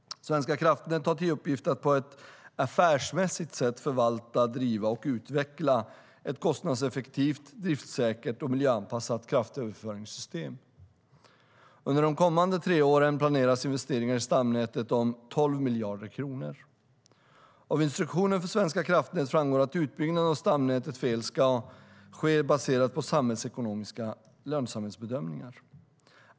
Svenska kraftnät har till uppgift att på ett affärsmässigt sätt förvalta, driva och utveckla ett kostnadseffektivt, driftsäkert och miljöanpassat kraftöverföringssystem. Under de kommande tre åren planeras investeringar i stamnätet om 12 miljarder kronor. Av instruktionen för Svenska kraftnät framgår att utbyggnaden av stamnätet för el ska ske baserat på samhällsekonomiska lönsamhetsbedömningar.